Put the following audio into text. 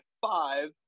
five